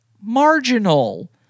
marginal